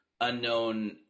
unknown